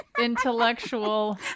intellectual